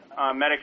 Medicare